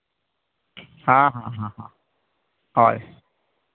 ᱦᱮᱸ ᱦᱮᱸ ᱦᱳᱭ